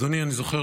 אדוני, אני זוכר